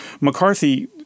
McCarthy